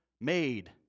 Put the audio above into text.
made